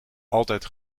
altijd